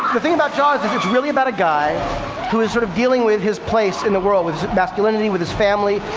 the thing about jaws is, it's really about a guy who is sort of dealing with his place in the world with his masculinity, with his family,